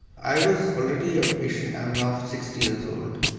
i was already a patient, i am now sixty years old,